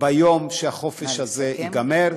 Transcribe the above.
ביום שהחופש הזה ייגמר,